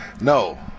No